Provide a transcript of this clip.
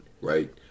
right